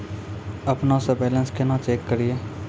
अपनों से बैलेंस केना चेक करियै?